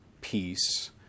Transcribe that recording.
peace